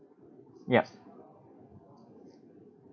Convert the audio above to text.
ya